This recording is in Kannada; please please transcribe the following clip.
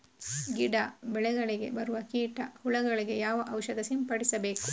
ಗಿಡ, ಬೆಳೆಗಳಿಗೆ ಬರುವ ಕೀಟ, ಹುಳಗಳಿಗೆ ಯಾವ ಔಷಧ ಸಿಂಪಡಿಸಬೇಕು?